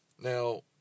Now